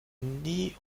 nie